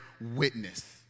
witness